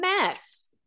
mess